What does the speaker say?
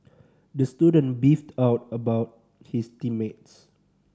the student beefed of about his team mates